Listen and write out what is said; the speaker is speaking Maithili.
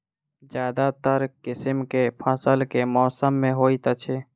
ज्यादातर किसिम केँ फसल केँ मौसम मे होइत अछि?